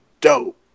dope